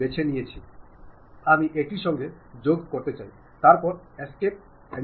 আমি এটির সঙ্গে যোগ করতে চাই তারপরে এস্কেপ এন্টার প্রেস করবো